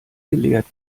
gelehrt